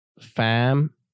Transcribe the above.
fam